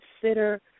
consider